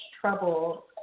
trouble